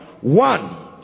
one